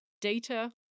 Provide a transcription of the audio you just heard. data